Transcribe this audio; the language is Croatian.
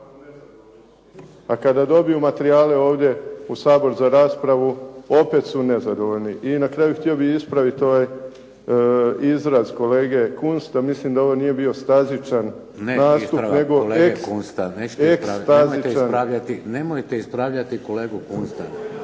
a kada dobiju materijale ovdje u Sabor za raspravu, opet su nezadovoljni. I na kraju, htio bih ispraviti ovaj izraz kolege Kunsta. Mislim da ovo nije bio stazičan nastup, nego ekstazičan. **Šeks, Vladimir (HDZ)**